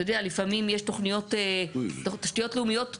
אתה יודע לפעמים יש תוכניות תשתיות לאומיות רוחביות,